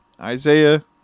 Isaiah